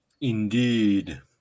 Indeed